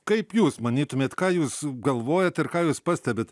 kaip jūs manytumėt ką jūs galvojat ir ką jūs pastebit